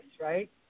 right